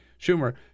Schumer